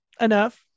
Enough